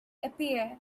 appear